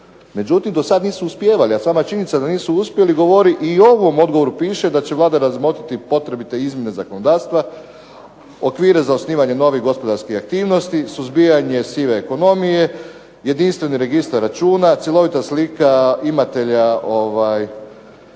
Međutim, do sad nisu uspijevali. A sama činjenica da nisu uspjeli govori i u ovom odgovoru piše da će Vlada razmotriti i potrebite izmjene zakonodavstva, okvire za osnivanje novih gospodarskih aktivnosti, suzbijanje sive ekonomije, jedinstveni registar računa, cjelovita slika imatelja